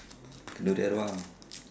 kenduri arwah ah